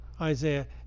Isaiah